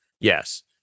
Yes